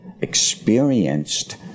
experienced